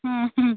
ହୁଁ ହୁଁ